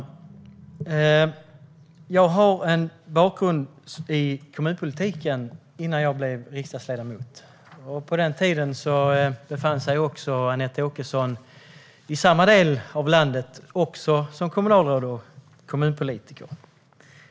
Herr talman! Jag har en bakgrund i kommunpolitiken. Det var innan jag blev riksdagsledamot. På den tiden befann sig Anette Åkesson i samma del av landet, också som kommunalråd och kommunpolitiker.